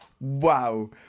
Wow